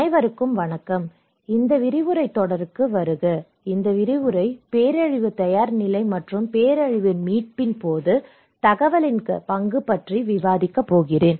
அனைவருக்கும் வணக்கம் இந்த விரிவுரைத் தொடருக்கு வருக இந்த விரிவுரை பேரழிவு தயார்நிலை மற்றும் பேரழிவு மீட்பின் போது தகவலின் பங்கு பற்றி விவாதிப்பேன்